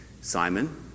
Simon